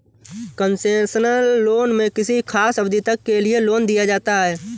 concessional loan में किसी खास अवधि तक के लिए लोन दिया जाता है